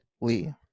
Lee